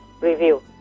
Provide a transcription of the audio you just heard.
review